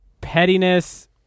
pettiness